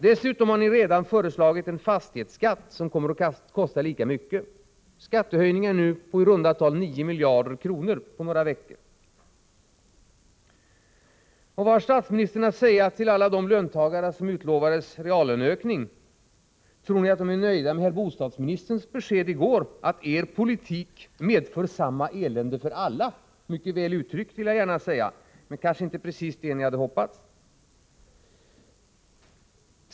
Dessutom har ni redan föreslagit en fastighetsskatt som kommer att kosta lika mycket. Det blir nu på några veckor skattehöjningar på i runt tal 9 miljarder kronor. Vad har statsministern att säga till alla de löntagare som utlovades en reallöneökning? Tror ni att de är nöjda med herr bostadsministerns besked i går att er politik medför samma elände för alla — mycket väl uttryckt vill jag gärna säga, men kanske inte precis det som ni hade hoppats på?